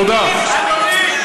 את מיקי לוי שומעים.